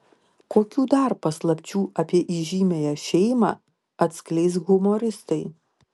kokių dar paslapčių apie įžymiąją šeimą atskleis humoristai